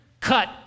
cut